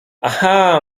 aha